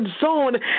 zone